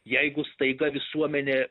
jeigu staiga visuomenė